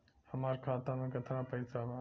हमार खाता मे केतना पैसा बा?